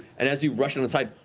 and as you rush down the side,